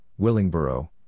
Willingboro